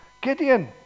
Gideon